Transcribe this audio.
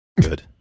Good